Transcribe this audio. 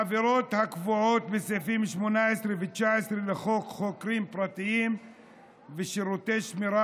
העבירות הקבועות בסעיפים 18 ו-19 לחוק חוקרים פרטיים ושירותי שמירה